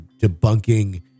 debunking